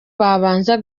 babanza